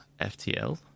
FTL